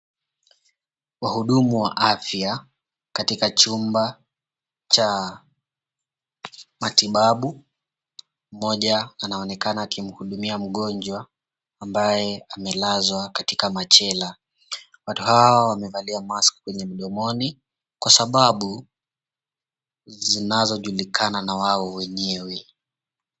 Wahudumu wa afya katika chumba cha matibabu mmoja anaonekana akimhudumia mgonjwa ambaye amelazwa katika machela, watu hawa wamevalia maski kwenye mdomoni kwa sababu zinazojulikana na wao wenyewe.